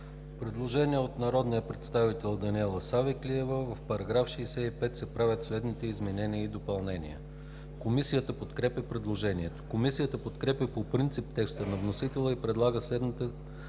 предложение от народния представител Даниела Савеклиева: „В § 65 се правят следните изменения и допълнения.“ Комисията подкрепя предложението. Комисията подкрепя по принцип текста на вносителя и предлага следната